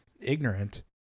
ignorant